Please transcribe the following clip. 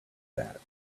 that